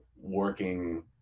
working